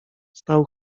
stał